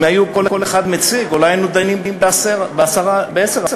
אם היה כל אחד מציג אולי היינו דנים בעשר הצעות.